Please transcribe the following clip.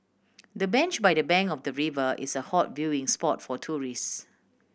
the bench by the bank of the river is a hot viewing spot for tourists